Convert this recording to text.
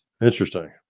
Interesting